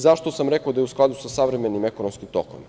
Zašto sam rekao da je u skladu sa savremenim ekonomskim tokovima?